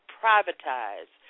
privatize